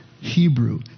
Hebrew